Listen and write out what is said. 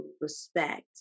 respect